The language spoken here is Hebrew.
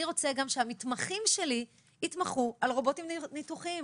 אני רוצה גם שהמתמחים שלי יתמחו על רובוטים ניתוחיים.